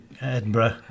Edinburgh